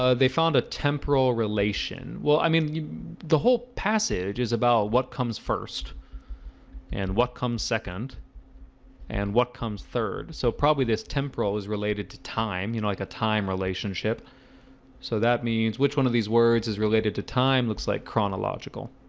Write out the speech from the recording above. ah they found a temporal relation. well, i mean the whole passage is about what comes first and what comes second and what comes third so probably this temporal is related to time, you know like a time relationship so that means which one of these words is related to time looks like chronological